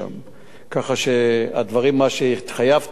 ככה שמה שהתחייבתי, ביצעתי.